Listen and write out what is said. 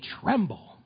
tremble